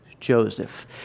Joseph